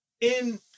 in-